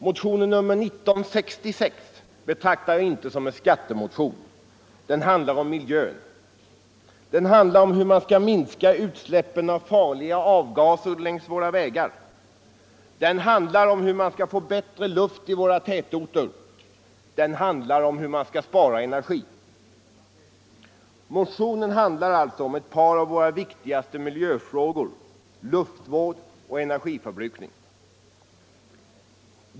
Motionen nr 1966 betraktar jag inte som en skattemotion. Den handlar om miljön. Den handlar om hur man skall minska utsläppen av farliga avgaser längs våra vägar. Den handlar om hur man skall få bättre luft i våra tätorter. Den handlar om hur man skall spara energi. Motionen gäller alltså ett par av våra viktigaste miljöfrågor: luftvård och energiförbrukning.